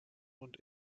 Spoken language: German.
und